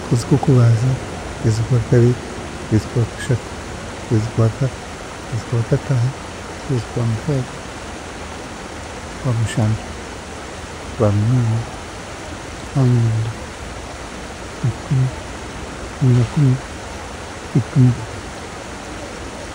Okwezi Kw'okubanza, okwezi Kwakabiri, okwezi Kwakashatu, okwezi Kwakana, okwezi Kwakataano, okwezi Kwamukaaga, Okwamushanju, Okwamunaana, Okwamwenda, Okwikumi, Okwikuminakumwe, Okwikumineebiri.